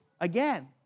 Again